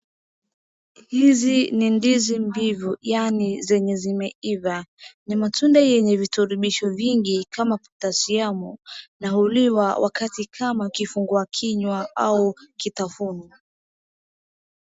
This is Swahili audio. Hizi ni ndizi mbivu, yaani zenye zimeiva. Ni matunda yenye virutubisho mingi kama Potassium na huliwa wakati kama kifungua kiywa au kitafunwa.